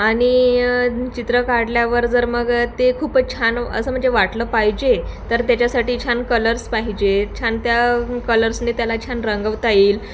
आणि चित्र काढल्यावर जर मग ते खूपच छान असं म्हणजे वाटलं पाहिजे तर त्याच्यासाठी छान कलर्स पाहिजे छान त्या कलर्सने त्याला छान रंगवता येईल